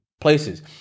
places